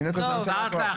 זה לא נושא הדיון.